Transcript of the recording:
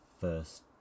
First